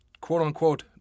quote-unquote